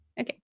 Okay